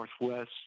Northwest